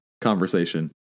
conversation